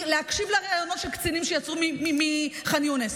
להקשיב לראיונות של קצינים שיצאו מח'אן יונס.